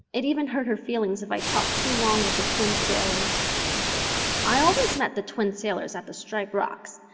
it even hurt her feelings if i talked too long with the twin sailors i always met the twin sailors at the striped rocks.